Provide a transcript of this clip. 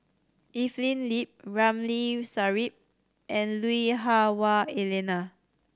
Evelyn Lip Ramli Sarip and Lui Hah Wah Elena